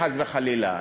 חס וחלילה,